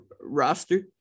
roster